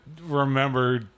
remember